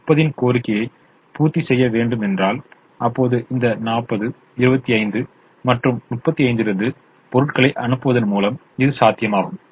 30 இன் கோரிக்கையை பூர்த்தி செய்ய வேண்டும் என்றால் அப்போது இந்த 40 25 மற்றும் 35 இலிருந்து பொருட்களை அனுப்புவதன் மூலம் இது சாத்தியமாகும்